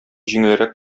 җиңелрәк